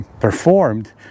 performed